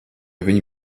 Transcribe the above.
viņu